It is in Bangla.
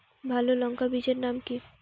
ভালো লঙ্কা বীজের নাম কি?